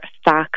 stocks